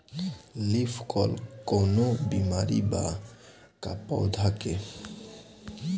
Leaf curl कौनो बीमारी बा का पौधा के?